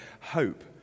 hope